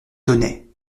tonnait